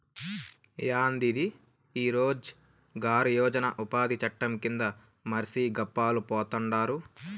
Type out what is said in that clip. యాందిది ఈ రోజ్ గార్ యోజన ఉపాది చట్టం కింద మర్సి గప్పాలు పోతండారు